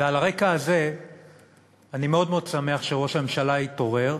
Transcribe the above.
ועל הרקע הזה אני מאוד מאוד שמח שראש הממשלה התעורר.